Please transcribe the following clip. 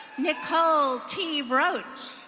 nicole t broach.